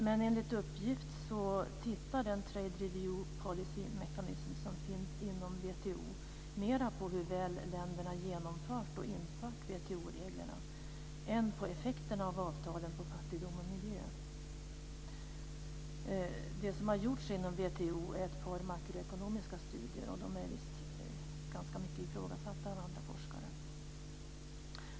Men enligt uppgift tittar man i den trade review mecanism som finns inom WTO mer på hur väl länderna genomfört och infört WTO-reglerna än på effekterna av avtalen på fattigdom och miljö. Det som har gjorts inom WTO är ett par makroekonomiska studier, och de är visst ganska mycket ifrågasatta av andra forskare.